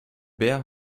bär